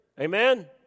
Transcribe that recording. amen